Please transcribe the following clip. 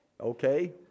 Okay